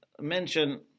mention